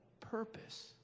purpose